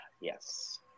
Yes